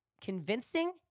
convincing